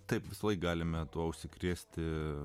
taip visoje galime tuo užsikrėsti